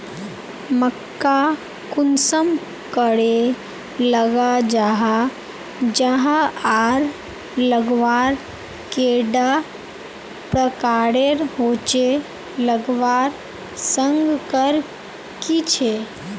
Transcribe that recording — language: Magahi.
मक्का कुंसम करे लगा जाहा जाहा आर लगवार कैडा प्रकारेर होचे लगवार संगकर की झे?